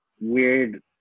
weird